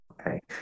Okay